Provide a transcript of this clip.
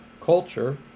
culture